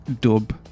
Dub